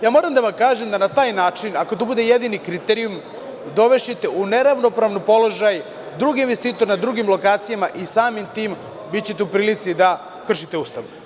Ja moram da vam kažem da ćete na taj način, ako to bude jedini kriterijum, dovesti u neravnopravni položaj druge investitore na drugim lokacijama i samim tim bićete u prilici da kršite Ustav.